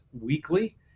Weekly